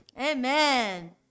amen